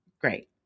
great